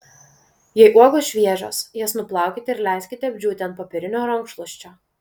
jei uogos šviežios jas nuplaukite ir leiskite apdžiūti ant popierinio rankšluosčio